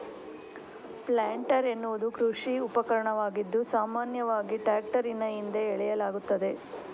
planter ಎನ್ನುವುದು ಕೃಷಿ ಉಪಕರಣವಾಗಿದ್ದು, ಸಾಮಾನ್ಯವಾಗಿ ಟ್ರಾಕ್ಟರಿನ ಹಿಂದೆ ಎಳೆಯಲಾಗುತ್ತದೆ